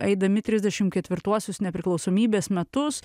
eidami trisdešim ketvirtuosius nepriklausomybės metus